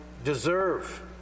deserve